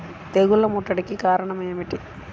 తెగుళ్ల ముట్టడికి కారణం ఏమిటి?